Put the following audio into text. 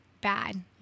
bad